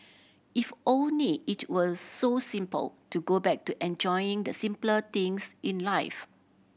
if only it were so simple to go back to enjoying the simpler things in life